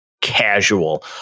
casual